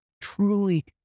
truly